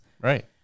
Right